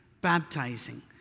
baptizing